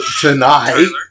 tonight